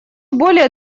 более